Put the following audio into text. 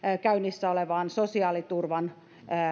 käynnissä olevaan sosiaaliturvan